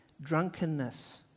drunkenness